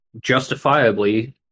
justifiably